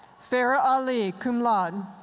farah ali, cum laude.